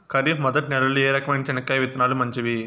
ఖరీఫ్ మొదటి నెల లో ఏ రకమైన చెనక్కాయ విత్తనాలు మంచివి